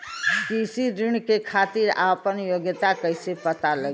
कृषि ऋण के खातिर आपन योग्यता कईसे पता लगी?